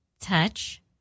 Touch